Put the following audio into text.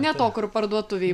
ne to kur parduotuvėj